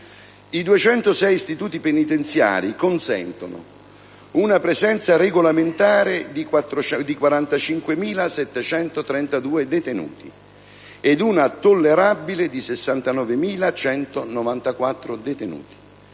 I 206 istituti penitenziari consentono una presenza regolamentare di 45.732 detenuti ed una tollerabile di 69.194 detenuti.